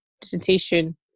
dissertation